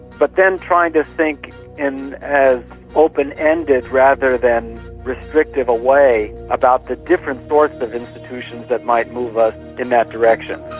but then trying to think in as open-ended rather than restrictive a way about the different sorts of institutions that might move us in that direction.